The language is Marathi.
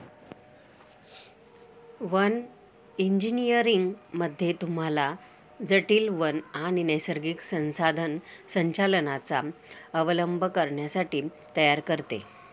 वन इंजीनियरिंग मध्ये तुम्हाला जटील वन आणि नैसर्गिक संसाधन संचालनाचा अवलंब करण्यासाठी तयार करते